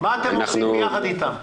עושים ביחד איתם.